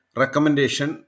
recommendation